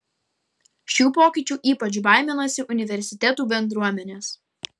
šių pokyčių ypač baiminasi universitetų bendruomenės